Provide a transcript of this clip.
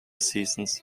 seasons